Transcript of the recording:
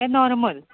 काय नोर्मल